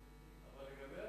אבל אני אדאג